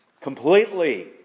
completely